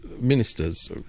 ministers